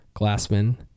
Glassman